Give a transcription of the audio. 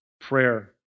prayer